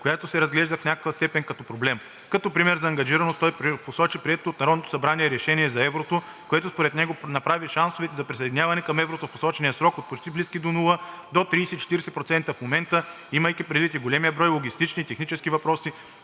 което се разглежда в някаква степен като проблем. Като пример за ангажираност той посочи приетото от Народното събрание решение за еврото, което според него направи шансовете за присъединяване към еврото в посочения срок от почти близко до нула, до 30 – 40% в момента, имайки предвид и големия брой логистични и технически въпроси,